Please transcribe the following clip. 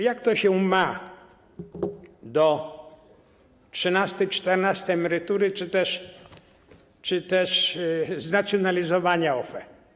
Jak to się ma do trzynastej, czternastej emerytury czy też do znacjonalizowania OFE?